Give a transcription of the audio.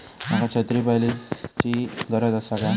माका छत्री पॉलिसिची गरज आसा काय?